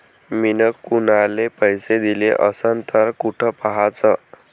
मिन कुनाले पैसे दिले असन तर कुठ पाहाचं?